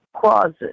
closet